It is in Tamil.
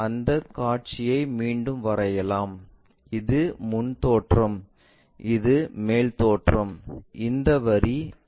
அந்தக் காட்சிகளை மீண்டும் வரையலாம் இது முன் தோற்றம் இது மேல் தோற்றம்